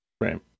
Right